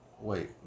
Wait